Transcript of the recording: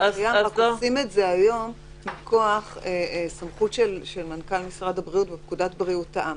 וכופים את זה היום מכוח סמכות של מנכ"ל משרד הבריאות בפקודת בריאות העם.